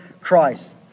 Christ